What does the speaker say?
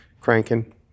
cranking